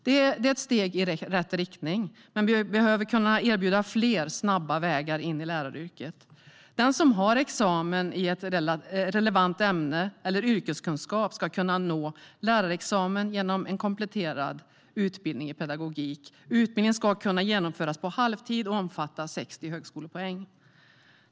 Det är ett steg i rätt riktning, men vi behöver kunna erbjuda fler snabba vägar in i läraryrket. Den som har examen i ett relevant ämne eller yrkeskunskap ska kunna nå lärarexamen genom en kompletterande utbildning i pedagogik. Utbildningen ska kunna genomföras på halvtid och omfatta 60 högskolepoäng.